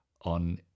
on